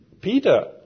Peter